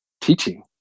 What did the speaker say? teaching